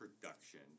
production